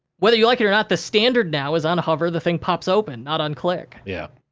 whether you like it or not, the standard now is, on hover, the thing pops open, not on click. yeah.